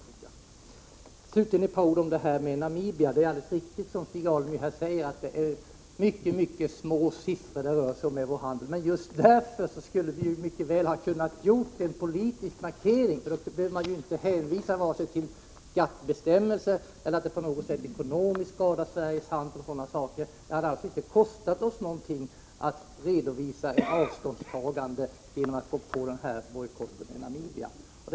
Slutligen några ord om handeln med Namibia. Det är alldeles riktigt som Stig Alemyr säger, att vår handel med Namibia uppgår till mycket små summor. Men just därför skulle vi mycket väl ha kunnat göra en politisk markering. Man skulle inte ha behövt hänvisa vare sig till GATT-bestämmelser eller till att det ekonomiskt skulle kunna skada Sveriges handel osv. Det hade inte kostat oss någonting att redovisa ett avståndstagande genom en bojkott mot Namibia.